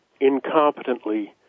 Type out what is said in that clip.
incompetently